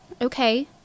Okay